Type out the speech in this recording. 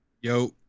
Yo